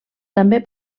també